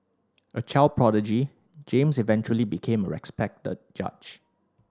a child prodigy James eventually became a respected judge